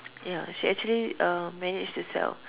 ya she actually uh managed to sell